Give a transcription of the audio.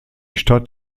stadt